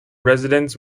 residents